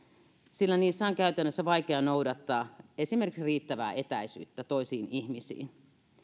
sillä niissä on käytännössä vaikea noudattaa esimerkiksi riittävää etäisyyttä toisiin ihmisiin